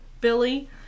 Billy